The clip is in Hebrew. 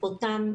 אותם